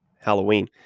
Halloween